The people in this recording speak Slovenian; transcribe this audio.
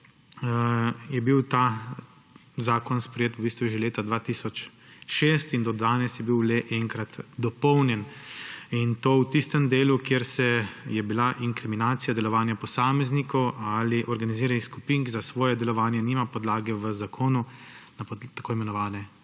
je bil ta zakon sprejet v bistvu že leta 2006 in do danes je bil le enkrat dopolnjen, in to v tistem delu, kjer je bila inkriminacija delovanja posameznikov ali organiziranih skupin, ki za svoje delovanje nima podlage v zakonu, tako imenovane